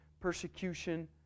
persecution